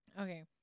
Okay